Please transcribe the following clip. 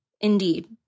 Indeed